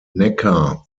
neckar